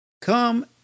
come